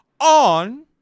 on